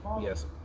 Yes